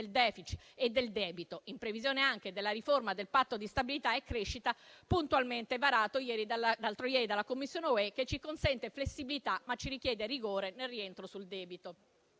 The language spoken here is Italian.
del *deficit* e del debito, in previsione anche della riforma del Patto di stabilità e crescita puntualmente varato l'altro ieri dalla Commissione europea, che ci consente flessibilità, ma ci richiede rigore nel rientro sul debito.